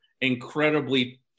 incredibly